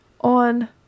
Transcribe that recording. on